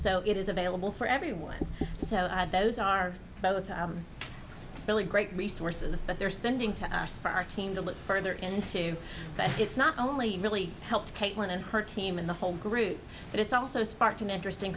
so it is available for everyone so those are both really great resources that they're sending to us for our team to look further into but it's not only really help caitlin and her team in the whole group but it's also sparked an interest in